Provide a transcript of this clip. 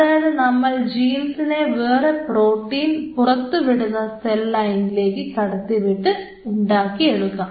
അതായത് നമ്മൾ ജീൻസിനെ വേറെ പ്രോട്ടീൻ പുറത്തുവിടുന്ന സെൽ ലൈനിലേക്ക് കടത്തിവിട്ട് ഉണ്ടാക്കിയെടുക്കാം